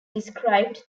described